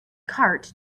cart